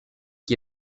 qui